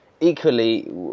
equally